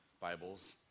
Bibles